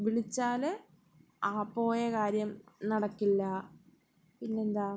വിളിച്ചാൽ ആ പോയ കാര്യം നടക്കില്ല പിന്നെന്താ